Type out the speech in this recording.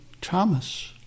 Thomas